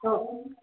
okay